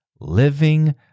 Living